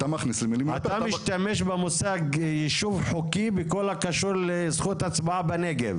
אתה משתמש במושג יישוב חוקי בכל הקשור לזכות הצבעה בנגב.